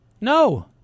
No